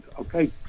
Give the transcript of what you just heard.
okay